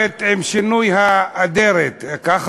אוקיי.